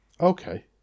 Okay